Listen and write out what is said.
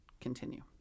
continue